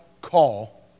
call